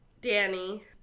Danny